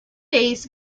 days